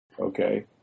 Okay